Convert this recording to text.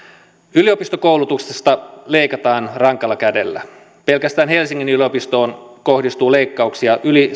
yliopistokoulutuksesta leikataan rankalla kädellä pelkästään helsingin yliopistoon kohdistuu leikkauksia yli